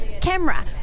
camera